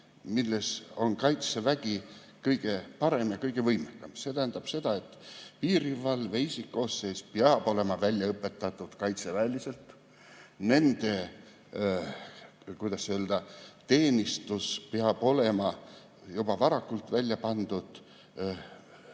milles on Kaitsevägi kõige parem ja kõige võimekam. See tähendab seda, et piirivalve isikkoosseis peab olema välja õpetatud kaitseväeliselt. Nende teenistus peab olema juba varakult [seatud] vastavalt